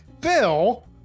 Bill